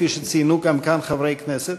כפי שציינו גם כאן חברי כנסת,